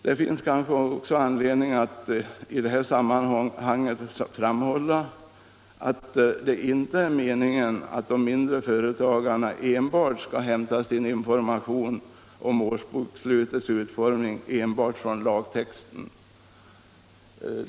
Det finns kanske anledning att i det här sammanhanget också framhålla att det inte är meningen att de mindre företagarna enbart skall hämta sin information om årsbokslutets utformning från lagtexten.